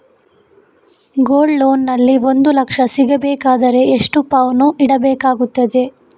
Gold loan ನಲ್ಲಿ ಒಂದು ಲಕ್ಷ ಸಿಗಬೇಕಾದರೆ ಎಷ್ಟು ಪೌನು ಇಡಬೇಕಾಗುತ್ತದೆ?